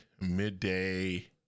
midday